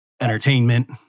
entertainment